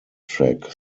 track